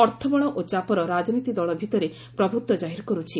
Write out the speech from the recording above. ଅର୍ଥବଳ ଓ ଚାପର ରାଜନୀତି ଦଳ ଭିତରେ ପ୍ରଭୂତ୍ୱ ଜାହିର୍ କରୁଛି